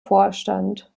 vorstand